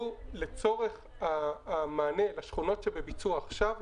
לצורך המענה לשכונות שבביצוע עכשיו,